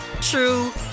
true